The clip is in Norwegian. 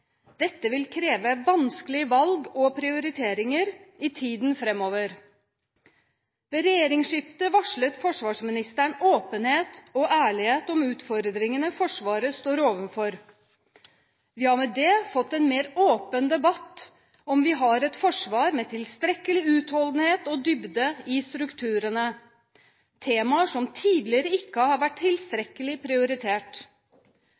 Dette vil kreve vanskelige valg og prioriteringer i tiden framover. Ved regjeringsskiftet varslet forsvarsministeren åpenhet og ærlighet om utfordringene Forsvaret står overfor. Vi har med det fått en mer åpen debatt om vi har et forsvar med tilstrekkelig utholdenhet og dybde i strukturene – temaer som tidligere ikke har vært